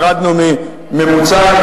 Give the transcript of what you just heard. ירדנו מממוצע,